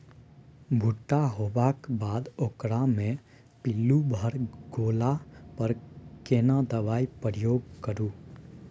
भूट्टा होबाक बाद ओकरा मे पील्लू भ गेला पर केना दबाई प्रयोग करू?